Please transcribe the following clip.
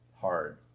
hard